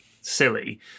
silly